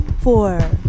four